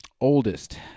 Oldest